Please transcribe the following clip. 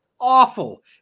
awful